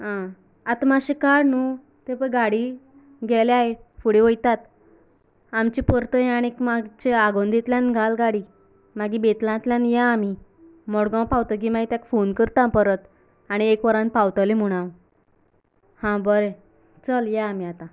आं आता मातशें काड न्हूं ते पळय गाडी गेल्याय फुडें वयतात आमची परतय आनी मातशें आगोंदेंतल्यान घाल गाडी मागीर बेतलांतल्यान या आमी मडगांव पावतकीर मागीर तेका फोन करतां परत आनीक एक वरान पावतलें म्हणून हांव हा बरें चल या आमी आतां